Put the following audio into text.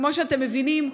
כמו שאתם מבינים,